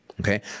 Okay